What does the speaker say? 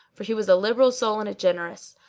for he was a liberal soul and a generous.